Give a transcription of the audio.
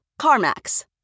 CarMax